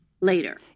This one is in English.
later